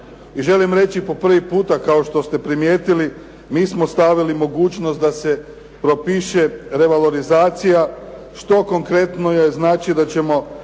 I želim reći po prvi puta kao što ste primijetili, mi smo stavili mogućnost da se propiše revolvalizacije što konkretno je znači da ćemo